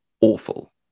Awful